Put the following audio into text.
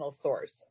source